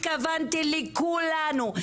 התכוונתי לכולנו,